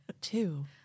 two